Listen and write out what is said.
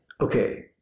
okay